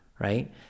Right